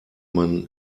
man